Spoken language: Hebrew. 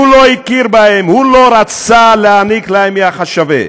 הוא לא הכיר בהן, הוא לא רצה לתת להן יחס שווה.